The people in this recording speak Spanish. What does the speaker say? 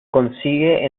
consigue